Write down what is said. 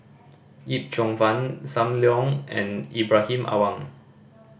Yip Cheong Fun Sam Leong and Ibrahim Awang